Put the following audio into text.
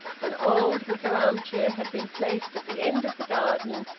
an old wicker arm-chair had been placed at the end of the garden,